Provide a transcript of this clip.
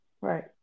Right